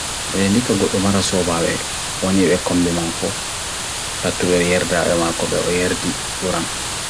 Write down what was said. ndika gudumara sobave, wanywek kombe mako, datu be yerdre ayo mako be yerdi buran.